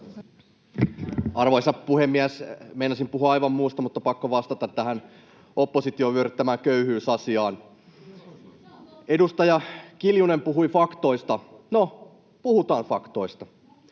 Arvoisa puhemies! Meinasin puhua aivan muusta, mutta pakko vastata tähän opposition vyöryttämään köyhyysasiaan. Edustaja Kiljunen puhui faktoista. No, puhutaan faktoista.